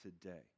today